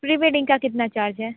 pre wedding का कितना charge है